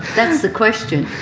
that's the question.